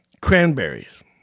Cranberries